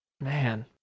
Man